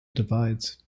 divides